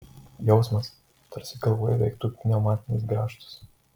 jausmas tarsi galvoje veiktų pneumatinis grąžtas